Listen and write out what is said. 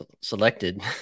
selected